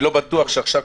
כמעט, כן.